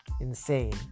insane